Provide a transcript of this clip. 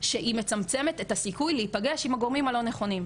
שהיא מצמצמת את הסיכוי להיפגש עם הגורמים הלא נכונים,